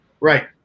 Right